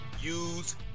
use